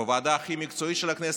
בוועדה הכי מקצועית של הכנסת.